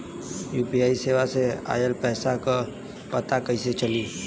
UPI सेवा से ऑयल पैसा क पता कइसे चली?